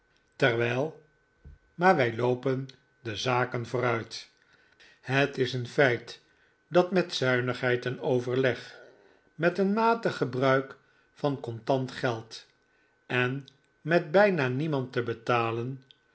terwijl maar wij loopen de zaken vooruit het is een feit dat met zuinigheid en overleg met een matig gebruik van contant geld en met bijna niemand te betalen